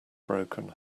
broken